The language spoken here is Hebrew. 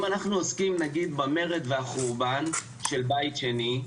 אם אנחנו עוסקים במרד והחורבן של בית שני,